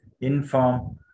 inform